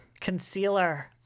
Concealer